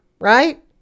right